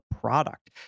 product